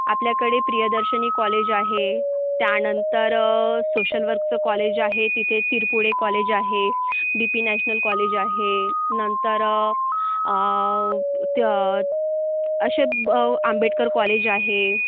आपल्याकडे प्रियदर्शिनी कॉलेज आहे त्यानंतर सोशल वर्कचं कॉलेज आहे तिथे तिरपुळे कॉलेज आहे बी पी नॅशनल कॉलेज आहे नंतर त्य असे बं आंबेडकर कॉलेज आहे